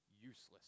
useless